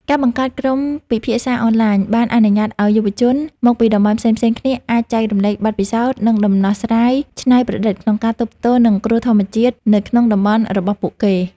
ការបង្កើតក្រុមពិភាក្សាអនឡាញ បានអនុញ្ញាតឱ្យយុវជនមកពីតំបន់ផ្សេងៗគ្នាអាចចែករំលែកបទពិសោធន៍ និងដំណោះស្រាយច្នៃប្រឌិតក្នុងការទប់ទល់នឹងគ្រោះធម្មជាតិនៅក្នុងតំបន់របស់ពួកគេ។